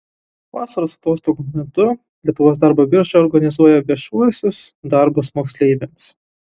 vasaros atostogų metu lietuvos darbo birža organizuoja viešuosius darbus moksleiviams